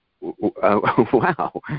wow